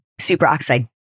superoxide